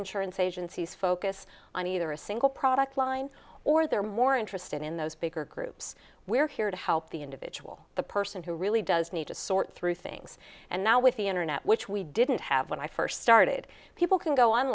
insurance agencies focus on either a single product line or they're more interested in those bigger groups we're here to help the individual the person who really does need to sort through things and now with the internet which we didn't have when i first started people can go on